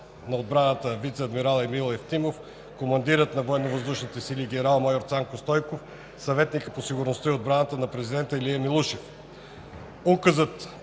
на отбраната вицеадмирал Емил Ефтимов, командирът на Военновъздушните сили генерал-майор Цанко Стойков, съветникът по сигурността и отбраната на президента Илия Милушев.